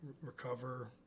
recover